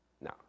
Now